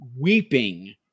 weeping